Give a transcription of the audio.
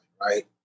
right